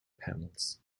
panels